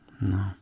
no